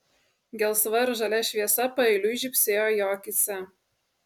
gelsva ir žalia šviesa paeiliui žybsėjo jo akyse